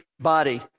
body